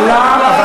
עלה,